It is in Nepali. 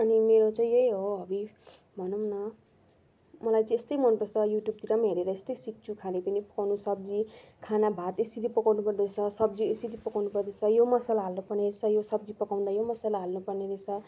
अनि मेरो चाहिँ यही हो हबी भनौँ न मलाई चाहिँ यस्तै मन पर्छ युट्युबतिर हेरेर यस्तै सिक्छु खानापिना पकाउनु सब्जी खाना भात यसरी पकाउनु पर्दो रहेछ सब्जी यसरी पकाउनु पर्दो रहेछ यो मसाला हाल्नु पर्ने रहेछ यो सब्जी पकाउँदा यो मसला हाल्नु पर्ने रहेछ